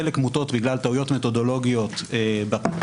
חלק מוטות בגלל טעויות מתודולוגיות בפיתוח.